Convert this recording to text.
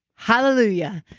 hallelujah!